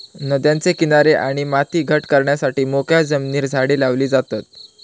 नद्यांचे किनारे आणि माती घट करण्यासाठी मोकळ्या जमिनीर झाडे लावली जातत